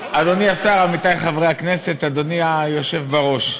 אדוני השר, עמיתי חברי הכנסת, אדוני היושב בראש,